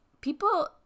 people